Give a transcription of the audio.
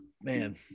man